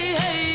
hey